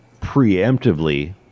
preemptively